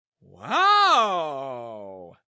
Wow